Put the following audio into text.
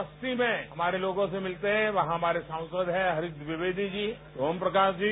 बस्ती में हमारे लोगों से मिलते है वहां हमारे सांसद है हरीश द्विवेदी जी ओम प्रकाश जी